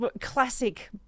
classic